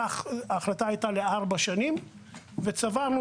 ההחלטה הייתה ל-4 ובמשך המן הזה צברנו